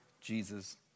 Jesus